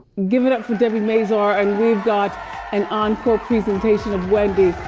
give it up for debi mazar and we've got an encore presentation of wendy.